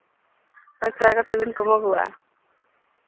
ᱯᱟᱸᱪ ᱴᱟᱠᱟ ᱠᱟᱛᱮᱫ ᱵᱮᱱ ᱠᱚᱢᱚᱜᱚᱜᱼᱟ